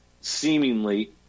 seemingly